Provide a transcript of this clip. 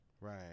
right